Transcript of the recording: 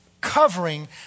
covering